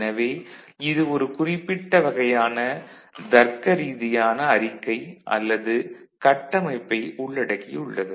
எனவே இது ஒரு குறிப்பிட்ட வகையான தர்க்கரீதியான அறிக்கை அல்லது கட்டமைப்பை உள்ளடக்கியுள்ளது